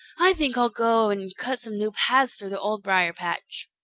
i think i'll go and cut some new paths through the old briar-patch.